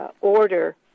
order